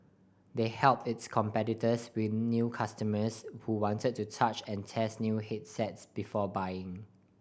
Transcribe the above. they helped its competitors win new customers who wanted to touch and test new handsets before buying